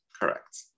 Correct